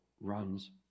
runs